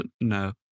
no